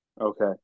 Okay